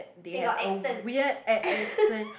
they got accent